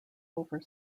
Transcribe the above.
over